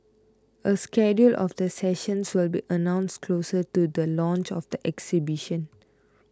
a schedule of the sessions will be announced closer to the launch of the exhibition